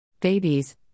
Babies